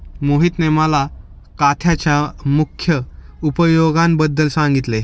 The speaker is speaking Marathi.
मोहितने मला काथ्याच्या मुख्य उपयोगांबद्दल सांगितले